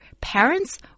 parents